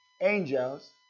angels